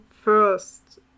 first